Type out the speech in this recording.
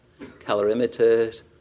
calorimeters